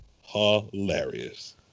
Hilarious